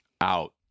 out